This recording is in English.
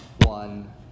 one